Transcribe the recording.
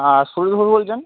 আর সুজিত বাবু বলছেন